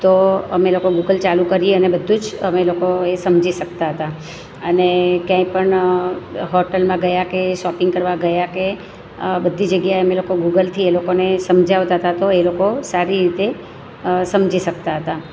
તો અમે લોકો ગુગલ ચાલું કરી અને બધું જ અમે લોકો એ સમજી શકતા હતા અને ક્યાંય પણ હોટલમાં ગયા કે શોપિંગ કરવા ગયા કે બધી જગ્યાએ અમે એ લોકોને ગુગલથી એ લોકોને સમજાવતા હતા તો એ લોકો સારી રીતે સમજી શકતા હતા